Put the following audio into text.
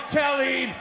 telling